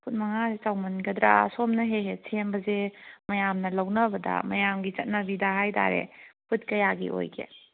food ꯃꯉꯥꯁꯦ ꯆꯥꯎꯃꯟꯒꯗ꯭ꯔꯥ ꯁꯣꯝꯅ ꯍꯦꯛ ꯍꯦꯛ ꯁꯦꯝꯕꯁꯦ ꯃꯌꯥꯝꯅ ꯂꯧꯅꯕꯗ ꯃꯌꯥꯝꯒꯤ ꯆꯠꯅꯕꯤꯗ ꯍꯥꯏꯇꯥꯔꯦ ꯐꯨꯠ ꯀꯌꯥꯒꯤ ꯑꯣꯏꯒꯦ